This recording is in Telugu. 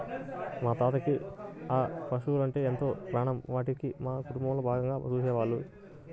మా తాతకి ఆ పశువలంటే ఎంతో ప్రాణం, వాటిని మా కుటుంబంలో భాగంగా చూసేవాళ్ళు